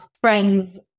friends